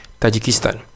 Tajikistan